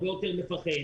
הוא הרבה יותר מפחד,